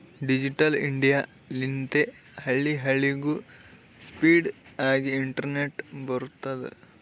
digital India ಲಿಂತೆ ಹಳ್ಳಿ ಹಳ್ಳಿಗೂ ಸ್ಪೀಡ್ ಆಗಿ ಇಂಟರ್ನೆಟ್ ಬರ್ತುದ್